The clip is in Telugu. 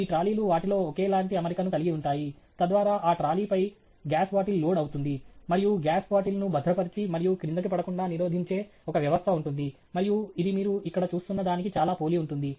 ఈ ట్రాలీలు వాటిలో ఒకేలాంటి అమరికను కలిగి ఉంటాయి తద్వారా ఆ ట్రాలీపై గ్యాస్ బాటిల్ లోడ్ అవుతుంది మరియు గ్యాస్ బాటిల్ను భద్రపరిచి మరియు క్రిందికి పడకుండా నిరోధించే ఒక వ్యవస్థ ఉంటుంది మరియు ఇది మీరు ఇక్కడ చూస్తున్న దానికి చాలా పోలి ఉంటుంది